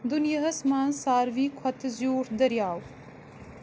دُنیاہس منز ساروی کھۄتہٕ زیوٗٹھ دٔریاو